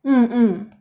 mm mm